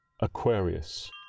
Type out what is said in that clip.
Aquarius